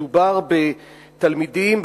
מדובר בתלמידים,